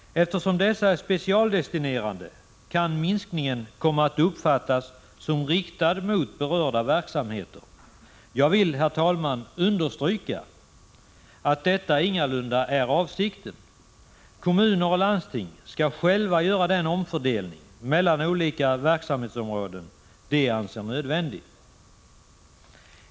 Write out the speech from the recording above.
Eftersom statsbidragen är specialdestinerade, kan en minskning komma att uppfattas som riktad mot berörda verksamheter. Jag vill, herr talman, understryka att det ingalunda är avsikten. Kommuner och landsting skall själva göra den omfördelning mellan olika verksamhetsområden som de anser vara nödvändig.